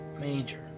major